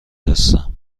هستم